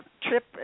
trip